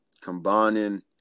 combining